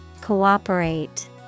Cooperate